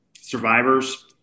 survivors